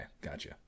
gotcha